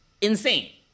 insane